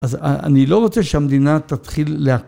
אז אני לא רוצה שהמדינה תתחיל לה...